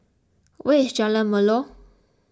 where is Jalan Melor